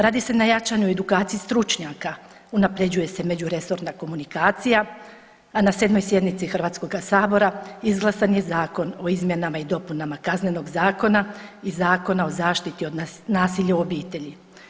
Radi se na jačanju edukacije stručnjaka, unapređuje se međuresorna komunikacija, a na 7. sjednici HS-a izglasan je Zakon o izmjenama i dopunama Kaznenog zakona i Zakona o zaštiti od nasilja u obitelji.